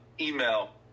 email